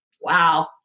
wow